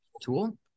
tool